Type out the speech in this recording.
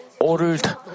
ordered